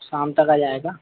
शाम तक आ जाएगा